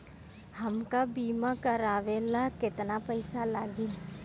हमका बीमा करावे ला केतना पईसा लागी?